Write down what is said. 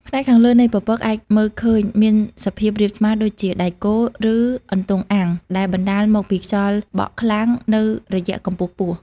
ផ្នែកខាងលើនៃពពកអាចមើលឃើញមានសភាពរាបស្មើដូចជាដែកគោល ឬអន្ទង់អាំង ដែលបណ្តាលមកពីខ្យល់បក់ខ្លាំងនៅរយៈកម្ពស់ខ្ពស់។